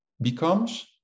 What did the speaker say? becomes